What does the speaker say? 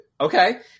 Okay